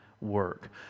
work